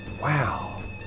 Wow